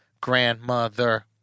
grandmother